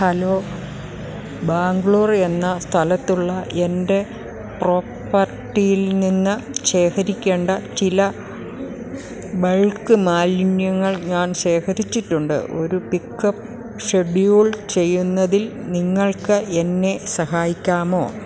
hello Bangalore എന്ന സ്ഥലത്തുള്ള എൻ്റെ പ്രോപ്പർട്ടിയിൽ നിന്നു ശേഖരിക്കേണ്ട ചില ബൾക്ക് മാലിന്യങ്ങൾ ഞാൻ ശേഖരിച്ചിട്ടുണ്ട് ഒരു പിക്കപ്പ് ഷെഡ്യൂൾ ചെയ്യുന്നതിൽ നിങ്ങൾക്ക് എന്നെ സഹായിക്കാമോ